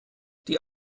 die